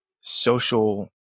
social